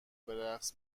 برقص